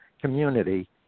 community